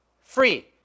free